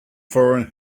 foreign